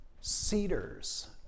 cedars